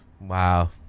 wow